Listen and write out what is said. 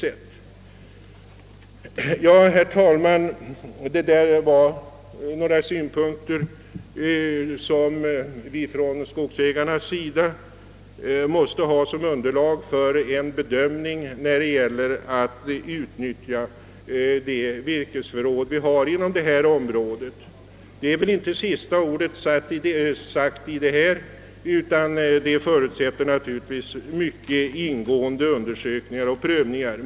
Detta var några synpunkter, som vi från skogsägarnas sida måste ha som underlag för en bedömning när det gäller att utnyttja de virkesförråd som finns inom det här området. Det sista ordet är väl ännu inte sagt i denna fråga, utan det krävs naturligtvis fortsatta ingående undersökningar och prövningar.